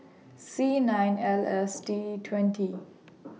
C nine L S D twenty